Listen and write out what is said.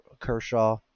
Kershaw